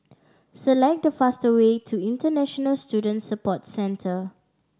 select the fast way to International Student Support Centre